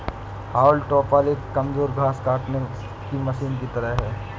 हाउल टॉपर एक कमजोर घास काटने की मशीन की तरह है